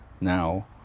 now